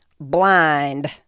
blind